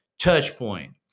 Touchpoint